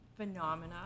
phenomena